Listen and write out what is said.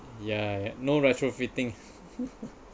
ya no retrofitting